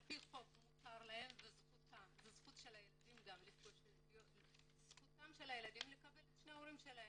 על-פי חוק מותר להם וזאת גם זכותם של הילדים לקבל את שני ההורים שלהם,